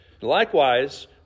Likewise